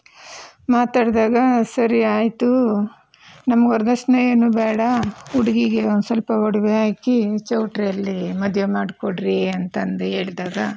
ಮಾತಾಡಿದಾಗ ಸರಿ ಆಯಿತು ನಮಗೆ ವರದಕ್ಷಿಣೆ ಏನು ಬೇಡ ಹುಡುಗಿಗೆ ಒಂದು ಸ್ವಲ್ಪ ಒಡವೆ ಹಾಕಿ ಚೌಟ್ರಿಯಲ್ಲಿ ಮದುವೆ ಮಾಡ್ಕೊಡ್ರಿ ಅಂತಂದು ಹೇಳಿದಾಗ